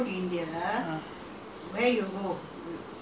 no lah after that lah when I was twenty years old aleady